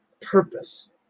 purpose